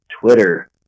Twitter